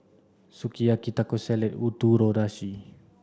Sukiyaki Taco Salad and Ootoro Sushi